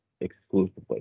exclusively